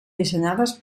dissenyades